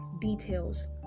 details